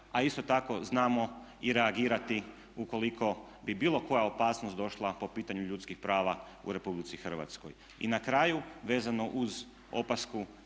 a isto tako znamo i reagirati ukoliko bi bilo koja opasnost došla po pitanju ljudskih prava u RH. I na kraju vezano uz opasku